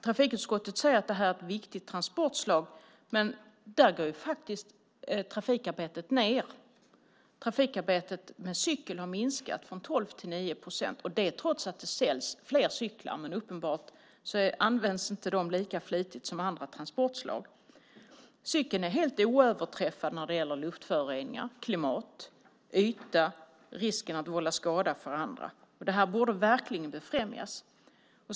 Trafikutskottet säger att det här är ett viktigt transportslag, men där går faktiskt trafikarbetet ned. Trafikarbetet med cykel har minskat från 12 till 9 procent, och det trots att det säljs fler cyklar. Uppenbarligen används de inte lika flitigt som andra transportslag. Cykeln är helt oöverträffad när det gäller luftföroreningar, klimat, yta och risken att vålla skada för andra. Det här borde verkligen befrämjas.